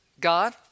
God